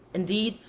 indeed,